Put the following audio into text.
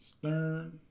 stern